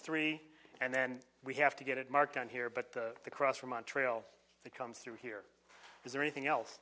three and then we have to get it marked on here but the cross from a trail that comes through here is there anything else